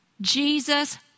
Jesus